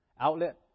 outlet